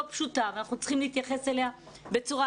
פשוטה ואנחנו צריכים להתייחס אליה בצורה הזו.